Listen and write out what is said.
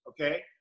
okay